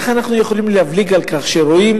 איך אנחנו יכולים להבליג על כך כשרואים